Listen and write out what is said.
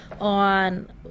on